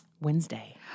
Wednesday